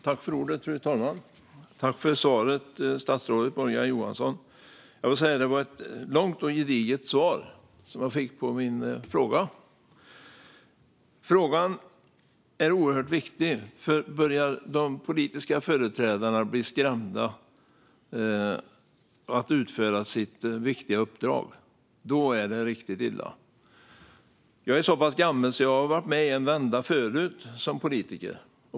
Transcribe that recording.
Fru talman! Tack för svaret, statsrådet Morgan Johansson! Det var ett långt och gediget svar jag fick på min fråga, som är oerhört viktig. Om de politiska företrädarna börjar bli skrämda för att utföra sitt viktiga uppdrag är det nämligen riktigt illa. Jag är så pass gammal att jag har varit med en vända tidigare som politiker.